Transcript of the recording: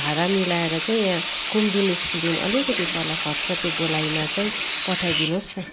भारा मिलाएर चाहिँ यहाँ कुम्दिनी स्कुलदेखि अलिकति तल फतफते गोलाईमा चाहिँ पठाइदिनुहोस् न